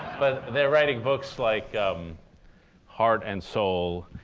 but they're writing books like heart and soul,